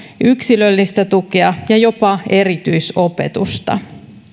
yksilöllistä tukea ja jopa erityisopetusta